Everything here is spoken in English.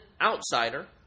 outsider